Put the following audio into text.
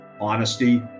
honesty